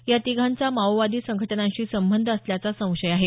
या तिघांचा माओवादी संघटनांशी संबंध असल्याचा संशय आहे